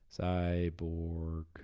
Cyborg